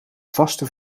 vaste